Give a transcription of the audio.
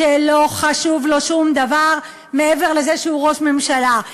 שלא חשוב לו שום דבר מעבר לזה שהוא ראש ממשלה.